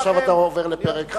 עכשיו אתה עובר לפרק חדש.